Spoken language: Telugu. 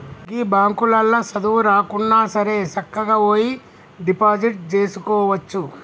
గీ బాంకులల్ల సదువు రాకున్నాసరే సక్కగవోయి డిపాజిట్ జేసుకోవచ్చు